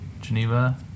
Geneva